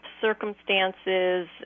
circumstances